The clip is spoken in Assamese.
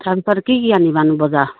কি আনিবানো বজাৰ